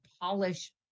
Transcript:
polish